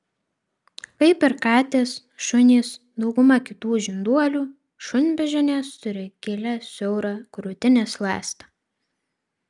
kaip ir katės šunys dauguma kitų žinduolių šunbeždžionės turi gilią siaurą krūtinės ląstą